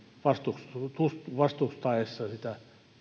vastustaessa vastustaessa sitä